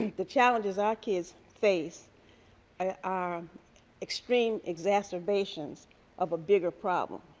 the challenges our kids face are extreme exacerbations of a bigger problem.